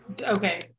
Okay